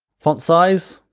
font size,